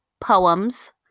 Poems